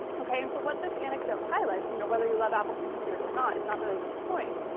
okay? and so what this anecdote highlights, you know whether you love apple computers or not is not really the point.